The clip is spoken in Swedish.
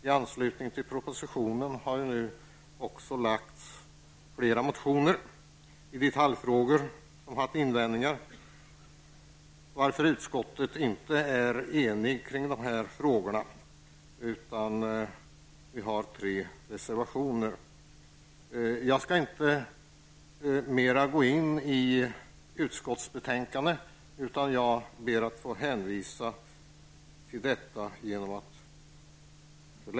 I anslutning till propositionen har lagts motioner med invändningar i detaljfrågor, varför utskottet inte är enigt. Vi har tre reservationer i betänkandet. Jag skall inte gå in på utskottsbetänkandet utan ber att få hänvisa till detta.